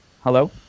Hello